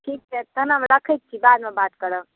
ठीक छै तहन हम राखैत छी बादमे बात करब